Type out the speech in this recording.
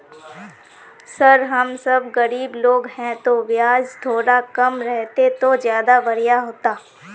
sir हम सब गरीब लोग है तो बियाज थोड़ा कम रहते तो ज्यदा बढ़िया होते